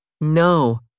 No